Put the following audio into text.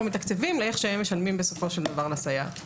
מתקצבים לאיך שהם משלמים לסייעת בסופו של דבר.